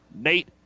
Nate